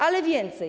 Ale więcej.